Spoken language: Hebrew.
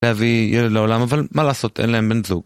להביא ילד לעולם, אבל מה לעשות, אין להם בן זוג